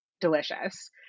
delicious